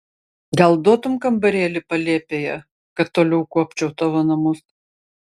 gal duotum kambarėlį palėpėje kad toliau kuopčiau tavo namus